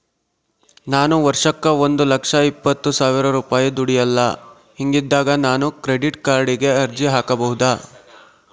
ನಾನು ವರ್ಷಕ್ಕ ಒಂದು ಲಕ್ಷ ಇಪ್ಪತ್ತು ಸಾವಿರ ರೂಪಾಯಿ ದುಡಿಯಲ್ಲ ಹಿಂಗಿದ್ದಾಗ ನಾನು ಕ್ರೆಡಿಟ್ ಕಾರ್ಡಿಗೆ ಅರ್ಜಿ ಹಾಕಬಹುದಾ?